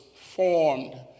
formed